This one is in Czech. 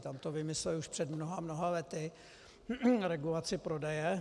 Tam vymysleli už před mnoha a mnoha lety regulaci prodeje.